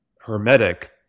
hermetic